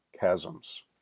chasms